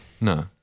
No